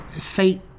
fate